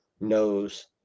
knows